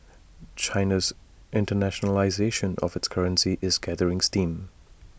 China's internationalisation of its currency is gathering steam